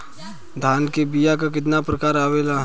धान क बीया क कितना प्रकार आवेला?